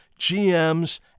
GMs